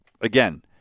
again